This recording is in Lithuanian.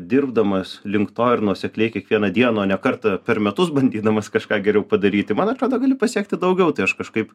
dirbdamas link to ir nuosekliai kiekvieną dieną ne kartą per metus bandydamas kažką geriau padaryti man atrodo gali pasiekti daugiau tai aš kažkaip